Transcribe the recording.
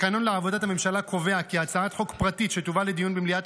התקנון לעבודת הממשלה קובע כי הצעת חוק פרטית שתובא לדיון במליאת